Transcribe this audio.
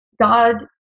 God